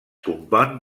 compon